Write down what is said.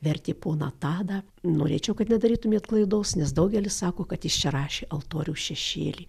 vertė poną tadą norėčiau kad nedarytumėt klaidos nes daugelis sako kad jis čia rašė altorių šešėly